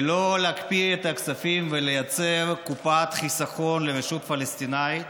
ולא להקפיא את הכספים ולייצר קופת חיסכון לרשות פלסטינית